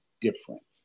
different